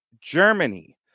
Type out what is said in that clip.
Germany